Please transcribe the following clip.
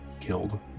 killed